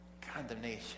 Condemnation